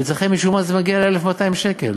ואצלכם משום מה זה מגיע ל-1,200 שקל.